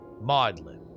maudlin